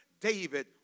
David